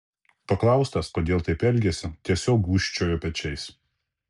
paklaustas kodėl taip elgėsi tiesiog gūžčiojo pečiais